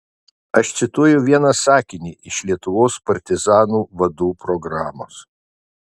aš cituoju vieną sakinį iš lietuvos partizanų vadų programos